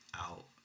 out